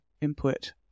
input